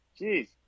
Jeez